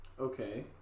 Okay